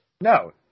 No